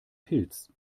pilz